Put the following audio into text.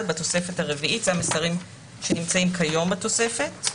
בתוספת הרביעית זה המסרים שנמצאים כיום בתוספת.